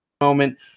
moment